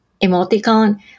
Emoticon